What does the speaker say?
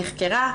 נחקרה,